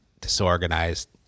disorganized